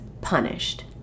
punished